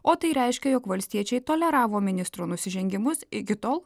o tai reiškia jog valstiečiai toleravo ministro nusižengimus iki tol